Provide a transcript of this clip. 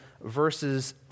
verses